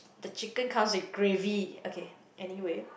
the chicken comes with gravy okay anyway